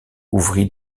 ouvrit